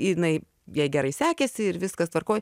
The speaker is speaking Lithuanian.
jinai jei gerai sekėsi ir viskas tvarkoj